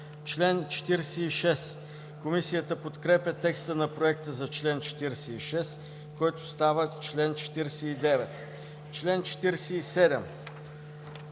чл. 45. Комисията подкрепя текста на проекта за чл. 44, който става чл. 46. По чл.